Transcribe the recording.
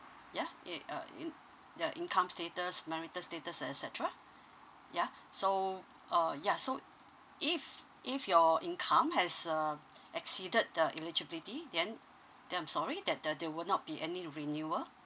yeah a uh in the income status marital status and et cetera yeah so uh ya so if if your income has uh exceeded the eligibility then then I'm sorry that the there will not be any renewal